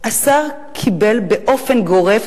השר קיבל באופן גורף,